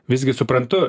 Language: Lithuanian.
visgi suprantu